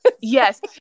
yes